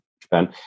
Japan